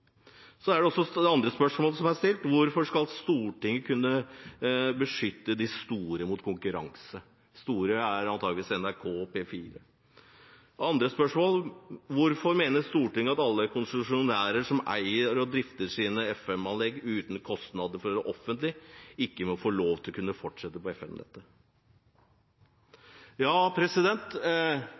Så er det også andre spørsmål som er stilt: Hvorfor skal Stortinget kunne beskytte de store mot konkurranse? De store er antageligvis NRK og P4. Og: Hvorfor mener Stortinget at alle konsesjonærer som eier og drifter sine FM-anlegg uten kostnader for det offentlige, ikke må få lov til å kunne fortsette på FM-nettet? Ja,